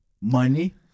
Money